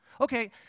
Okay